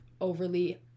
overly